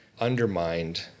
undermined